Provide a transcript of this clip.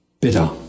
Bitter